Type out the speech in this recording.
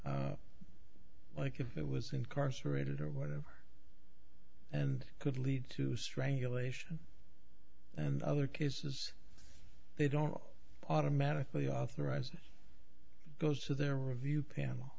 like it was incarcerated or whatever and could lead to strangulation and other cases they don't automatically authorize goes to their review panel